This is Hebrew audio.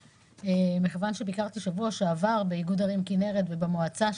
מכיוון שביקרתי שבוע שעבר באיגוד ערים כנרת ובמועצה שם.